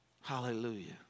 Hallelujah